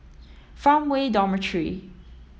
Farmway Dormitory